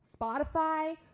spotify